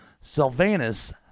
Sylvanus